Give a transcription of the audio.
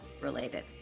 related